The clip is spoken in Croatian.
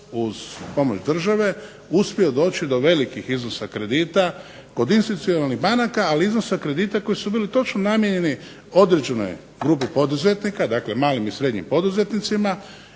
uz pomoć države uspio doći do velikih iznosa kredita kod institucionalnih banaka ali iznosa kredita koji su bili namijenjeni određenoj grupi poduzetnika, dakle malim i srednjim poduzetnicima,